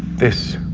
this